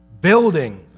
Building